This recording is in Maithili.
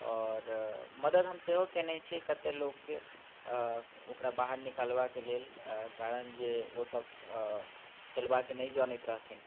आओर मदद हम सेहो कयने छी कतेक लोककेँ ओकरा बाहर निकालबाक लेल कारण जे ओसभ हेलबाक नहि जनैत रहथिन